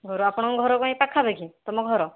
ଘର ଆପଣଙ୍କ ଘର କ'ଣ ଏଇ ପାଖାପାଖି ତୁମ ଘର